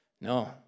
no